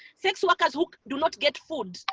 sex workers who do not get food,